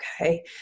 Okay